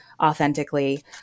authentically